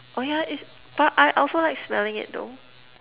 oh yeah is but I also like smelling it though